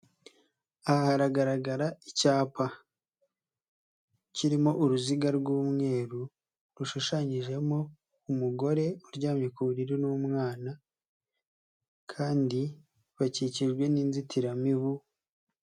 Aha haragaragara icyapa kirimo uruziga rw'umweru rushushanyijemo umugore uryamye ku buriri n'umwana kandi bakikijwe n'inzitiramibu.